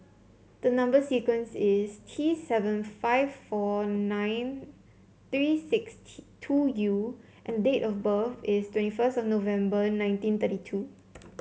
the number sequence is T seven five four nine three six T two U and date of birth is twenty first of November nineteen thirty two